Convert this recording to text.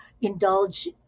indulge